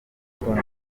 yitabye